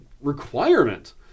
requirement